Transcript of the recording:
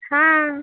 हा